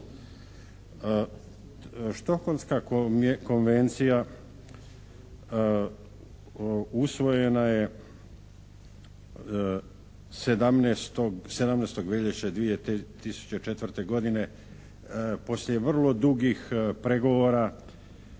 Stockholmska konvencija usvojena je 17. veljače 2004. godine poslije vrlo dugih pregovora